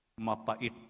mapait